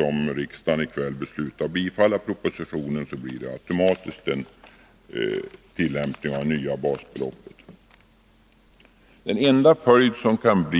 Om riksdagen i kväll beslutar att bifalla propositionen, kommer det nya basbeloppet automatiskt att tillämpas. Den enda följd som kan uppstå